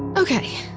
ok,